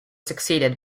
succeeded